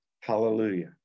Hallelujah